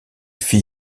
fit